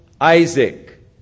Isaac